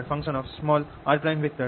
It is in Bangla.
r r